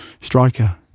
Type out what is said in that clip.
striker